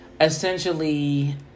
essentially